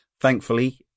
Thankfully